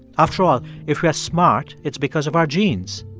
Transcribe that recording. after all, if we are smart, it's because of our genes.